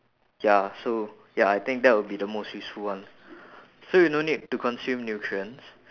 ya so ya I think that would be the most useful one so you no need to consume nutrients